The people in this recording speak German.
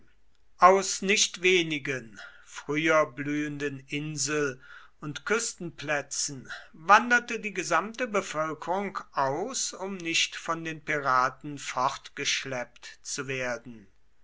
aus nicht wenigen früher blühenden insel und küstenplätzen wanderte die gesamte bevölkerung aus um nicht von den piraten fortgeschleppt zu werden